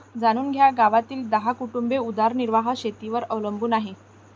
जाणून घ्या गावातील दहा कुटुंबे उदरनिर्वाह शेतीवर अवलंबून आहे